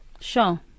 Sure